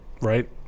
right